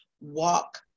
walk